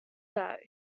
that